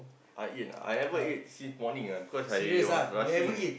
I eat ah I never ate since morning ah because I was rushing